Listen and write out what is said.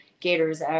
gators